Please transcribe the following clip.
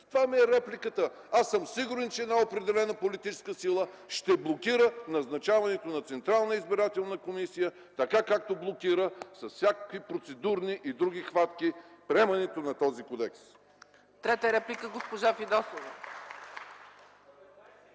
Това е репликата ми. Сигурен съм, че една определена политическа сила ще блокира назначаването на Централната избирателна комисия, така както блокира с всякакви процедурни и други хватки приемането на този кодекс. (Ръкопляскания от